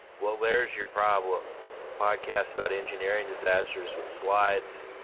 well there's your problem a podcast about engineering disasters with slides.